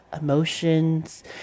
emotions